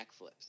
backflips